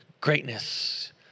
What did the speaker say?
greatness